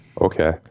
Okay